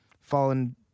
fallen